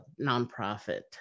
nonprofit